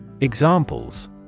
Examples